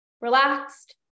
relaxed